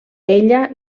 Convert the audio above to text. ella